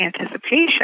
anticipation